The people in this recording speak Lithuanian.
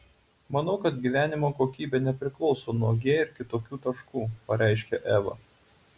manau kad gyvenimo kokybė nepriklauso nuo g ir kitokių taškų pareiškė eva